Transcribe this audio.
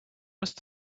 must